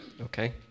Okay